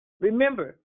remember